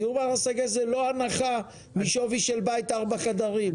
דיור בר השגה זה לא הנחה משווי של בית של ארבעה חדרים.